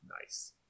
Nice